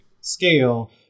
scale